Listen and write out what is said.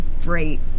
great